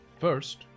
First